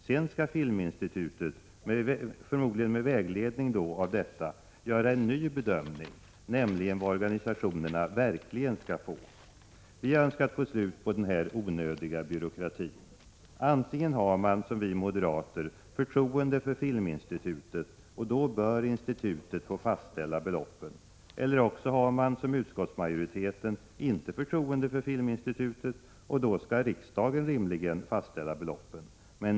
Sedan skall filminstitutet, förmodligen med vägledning av detta, göra en ny bedömning, nämligen vad organisationerna verkligen skall få. Vi har önskat få slut på denna onödiga byråkrati. Antingen har man, som vi moderater, förtroende för filminstitutet, och då bör institutet få fastställa beloppen. Eller också har man, som utskottsmajoriteten, inte förtroende för filminstitutet, och då skall riksdagen rimligen fastställa beloppen.